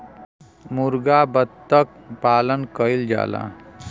मुरगा बत्तख क पालन कइल जाला